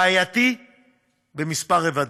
בעייתי בכמה רבדים: